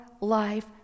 life